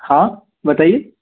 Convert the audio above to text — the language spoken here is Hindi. हाँ बताइए